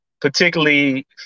particularly